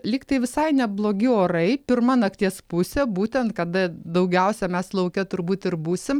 lyg tai visai neblogi orai pirma nakties pusė būtent kada daugiausia mes lauke turbūt ir būsim